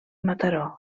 mataró